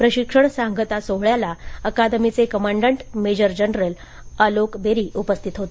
प्रशिक्षण सांगता सोहळ्याला अकादमीचे commandant major general Alok Beri उपस्थित होते